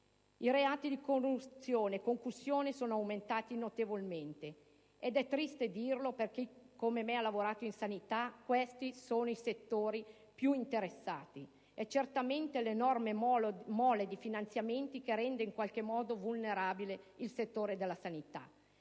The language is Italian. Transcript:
e concussione sono aumentati notevolmente ed è triste dirlo, perché - per chi come me ha lavorato in sanità - questi sono i settori più interessati. È certamente l'enorme mole di finanziamenti che rende in qualche modo vulnerabile il settore della sanità.